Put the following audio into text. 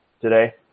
today